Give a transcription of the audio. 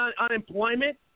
unemployment